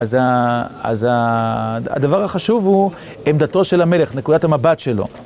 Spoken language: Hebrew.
אז הדבר החשוב הוא עמדתו של המלך, נקודת המבט שלו.